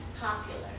popular